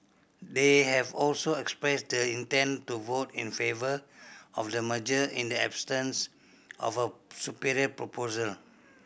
they have also expressed the intent to vote in favour of the merger in the of a superior proposal